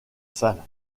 salles